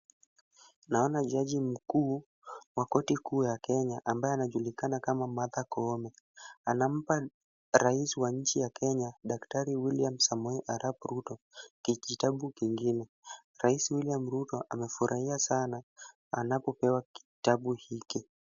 Naona jaji mkuu wa korti kuu ya Kenya, ambaye anajulikana kama Martha Koome. Anampa rais wa nchi ya Kenya, Daktari William Samoei Arap Ruto kijitabu kingine. Rais William Ruto anafurahia sana anapopewa kijitabu hiki.